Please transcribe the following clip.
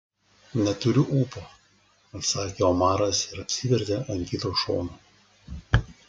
neturiu ūpo atsakė omaras ir apsivertė ant kito šono